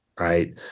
right